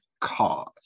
cause